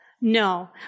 No